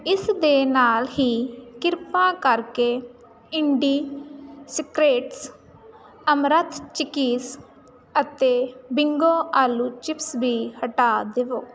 ਇਸ ਦੇ ਨਾਲ ਹੀ ਕਿਰਪਾ ਕਰਕੇ ਇੰਡੀਸਕ੍ਰੇਟਸ ਅਮਰੱਥ ਚਿਕੀਸ ਅਤੇ ਬਿੰਗੋ ਆਲੂ ਚਿਪਸ ਵੀ ਹਟਾ ਦੇਵੋ